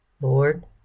Lord